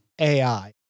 AI